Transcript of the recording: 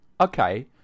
Okay